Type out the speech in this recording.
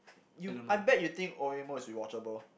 you I bet you think Oreimo is watchable